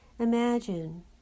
Imagine